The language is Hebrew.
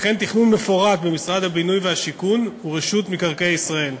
וכן תכנון מפורט במשרד הבינוי והשיכון ורשות מקרקעי ישראל.